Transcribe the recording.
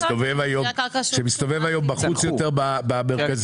למדינה יש את הכלי לוותר על הכנסות.